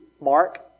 Mark